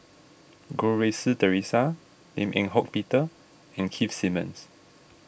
Goh Rui Si theresa Lim Eng Hock Peter and Keith Simmons